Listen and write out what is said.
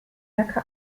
jacke